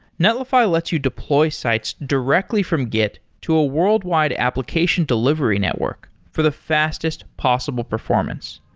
netlify lets you deploy sites directly from git to a worldwide application delivery network for the fastest possible performance.